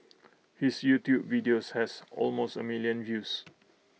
his YouTube video has almost A million views